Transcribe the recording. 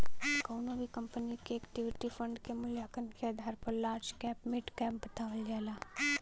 कउनो भी कंपनी क इक्विटी फण्ड क मूल्यांकन के आधार पर लार्ज कैप मिड कैप बतावल जाला